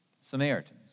Samaritans